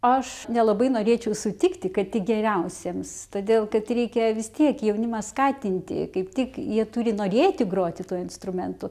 aš nelabai norėčiau sutikti kad geriausiems todėl kad reikia vis tiek jaunimą skatinti kaip tik jie turi norėti groti tuo instrumentu